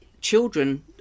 children